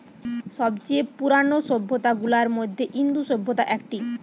সব চেয়ে পুরানো সভ্যতা গুলার মধ্যে ইন্দু সভ্যতা একটি